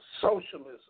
socialism